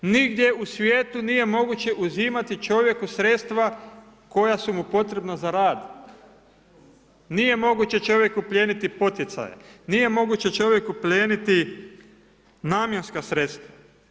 Nigdje u svijetu nije moguće uzimati čovjeku sredstva koja su mu potrebna za rad, nije moguće čovjeku plijenit poticaje, nije moguće čovjeku plijeniti namjenska sredstva.